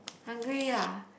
hungry lah